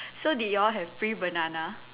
so did you all have free banana